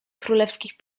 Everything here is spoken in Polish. królewskich